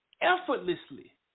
effortlessly